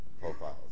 profiles